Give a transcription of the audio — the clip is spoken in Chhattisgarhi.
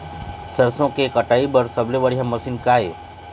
सरसों के कटाई बर सबले बढ़िया मशीन का ये?